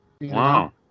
Wow